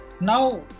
Now